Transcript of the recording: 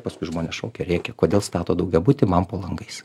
paskui žmonės šaukia rėkia kodėl stato daugiabutį man po langais